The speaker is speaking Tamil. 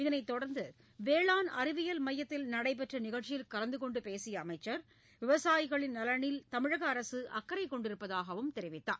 இதனைத் தொடர்ந்து வேளாண் அறிவியல் மையத்தில் நடைபெற்ற நிகழ்ச்சியில் கலந்து கொண்டு பேசிய அமைச்சர் விவசாயிகளின் நலனில் தமிழக அரசு அக்கறைக் கொண்டிருப்பதாகவும் தெரிவித்தார்